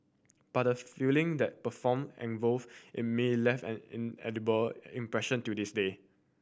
but the feeling that perform involve in me left an inedible impression till this day